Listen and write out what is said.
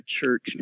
church